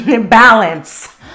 balance